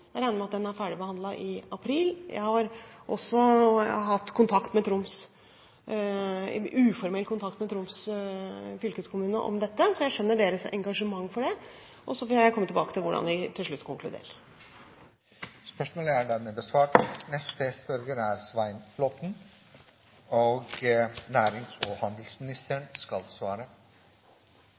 også hatt uformell kontakt med Troms fylkeskommune om dette, så jeg skjønner deres engasjement for det. Så får jeg komme tilbake til hva vi til slutt konkluderer med. Mitt spørsmål til nærings- og handelsministeren er følgende: «Entra Eiendoms nye, store engasjement i markedet for grønne datasentre både på eier- og